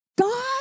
God